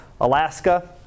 Alaska